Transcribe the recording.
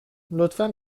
لطفا